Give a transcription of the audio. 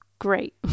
Great